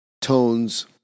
tones